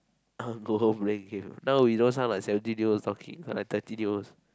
I wanna go home play game now we don't sound like seventeen year olds talking but like thirteen year olds